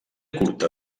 curta